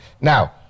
Now